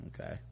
okay